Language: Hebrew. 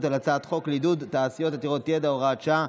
על הצעת חוק לעידוד תעשיות עתירות ידע (הוראת שעה),